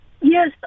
Yes